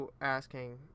asking